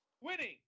winning